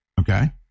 Okay